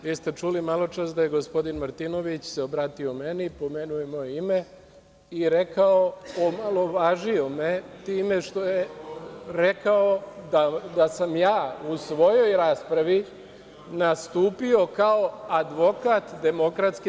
Vi ste čuli maločas da se gospodin Martinović obratio meni, pomenuo je i moje ime i omalovažio me time što je rekao da sam ja u svojoj raspravi nastupio kao advokat DS.